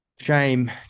shame